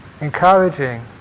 encouraging